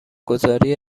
گذاری